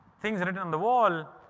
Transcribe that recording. things written on the wall.